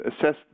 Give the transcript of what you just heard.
assess